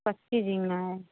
अच्छी झींगा है